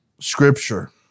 scripture